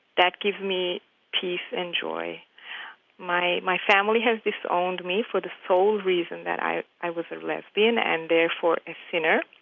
that gives me peace and joy. my my family has disowned me for the sole reason that i i was a lesbian and, therefore, a sinner.